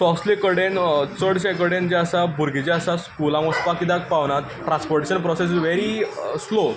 so असले कडेन चडशे कडेन जे आसा भुरगे जे आसा स्कुलांत वचपाक कित्याक पावनात transportation process is very slow